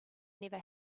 never